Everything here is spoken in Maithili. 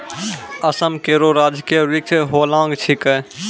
असम केरो राजकीय वृक्ष होलांग छिकै